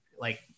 like-